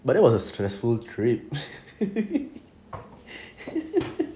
but that was a stressful trip